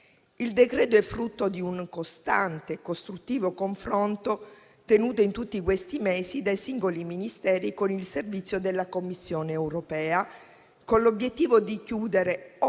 Il decreto è frutto di un costante e costruttivo confronto tenuto in tutti questi mesi dai singoli Ministeri con il servizio della Commissione europea, con l'obiettivo di chiudere otto